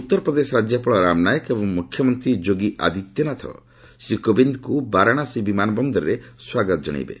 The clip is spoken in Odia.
ଉତ୍ତର ପ୍ରଦେଶ ରାଜ୍ୟପାଳ ରାମ ନାଏକ ଏବଂ ମୁଖ୍ୟମନ୍ତ୍ରୀ ଯୋଗୀ ଆଦିତ୍ୟନାଥ ଶ୍ରୀ କୋବିନ୍ଙ୍କୁ ବାରାଣାସୀ ବିମାନ ବନ୍ଦରରେ ସ୍ୱାଗତ ଜଣାଇବେ